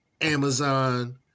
Amazon